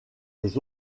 les